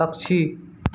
पक्षी